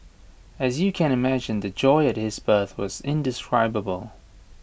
as you can imagine the joy at his birth was indescribable